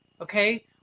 Okay